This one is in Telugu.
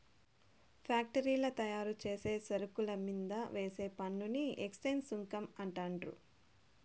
ఫ్యాక్టరీల్ల తయారుచేసే సరుకుల మీంద వేసే పన్నుని ఎక్చేంజ్ సుంకం అంటండారు